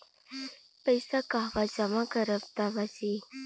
पैसा कहवा जमा करब त बची?